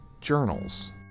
journals